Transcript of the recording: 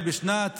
בשנת